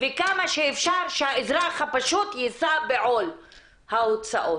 וכמה שאפשר שהאזרח הפשוט יישא בעול ההוצאות,